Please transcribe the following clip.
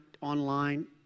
online